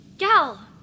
Gal